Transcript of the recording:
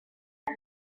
ydy